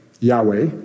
Yahweh